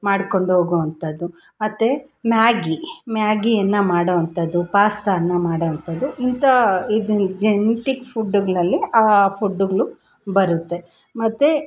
ಮಾಡ್ಕೊಂಡು ಹೋಗೋ ಅಂಥದ್ದು ಮತ್ತೆ ಮ್ಯಾಗ್ಗಿ ಮ್ಯಾಗ್ಗಿಯನ್ನು ಮಾಡೋ ಅಂಥದ್ದು ಪಾಸ್ತಾನ ಮಾಡೋ ಅಂಥದ್ದು ಇಂಥ ಇದು ಜೆನೆಟಿಕ್ ಫುಡ್ಡುಗಳಲ್ಲಿ ಆ ಫುಡ್ಡುಗಳು ಬರುತ್ತೆ ಮತ್ತು